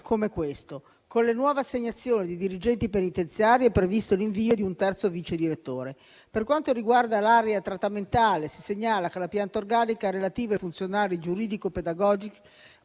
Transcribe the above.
come questo. Con le nuove assegnazioni di dirigenti penitenziari è previsto l'invio di un terzo vicedirettore. Per quanto riguarda l'area trattamentale, si segnala che la pianta organica relativa ai funzionari giuridico-pedagogici